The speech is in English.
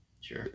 Sure